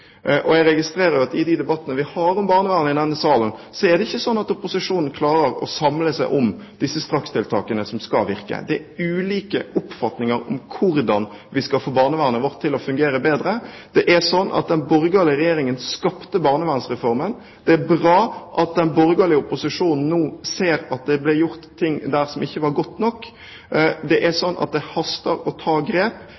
Jeg registrerer at i de debattene vi har i denne salen om barnevernet, klarer ikke opposisjonen å samle seg om de strakstiltakene som skal virke. Det er ulike oppfatninger om hvordan vi skal få barnevernet vårt til å fungere bedre. Den borgerlige regjeringen skapte barnevernsreformen. Det er bra at den borgelige opposisjonen nå ser at det ble gjort noe der som ikke var godt nok. Det haster å ta grep. Jeg jobber med det, slik at vi tar grep som virker. Det er